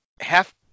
half